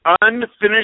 unfinished